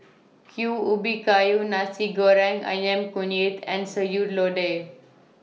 Q Ubi Kayu Nasi Goreng Ayam Kunyit and Sayur Lodeh